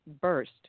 burst